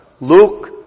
Luke